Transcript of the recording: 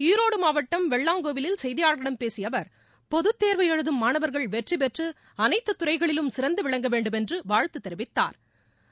ஈரோடு மாவட்டம் வெள்ளாங்கோவிலில் செய்தியாளர்களிடம் பேசிய அவர் பொதத் தேர்வு எழுதும் மாணவர்கள் வெற்றி பெற்று அனைத்து துறைகளிலும் சிறந்து விளங்க வேண்டும் என்று வாழ்த்து தெரிவித்தாா்